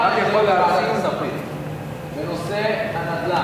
מחר יש דיון בוועדת הכספים בנושא הנדל"ן,